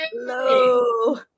Hello